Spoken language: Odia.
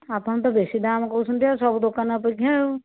ଆପଣ ତ ବେଶୀ ଦାମ୍ କହୁଛନ୍ତି ସବୁ ଦୋକାନ ଅପେକ୍ଷା ଆଉ